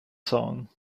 song